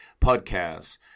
podcasts